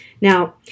Now